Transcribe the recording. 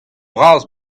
bras